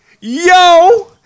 Yo